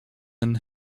and